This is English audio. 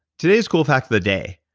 today's cool fact of the day